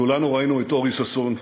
כולנו ראינו את אורי ששון.